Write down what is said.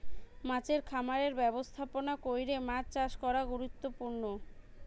মাছের খামারের ব্যবস্থাপনা কইরে মাছ চাষ করা গুরুত্বপূর্ণ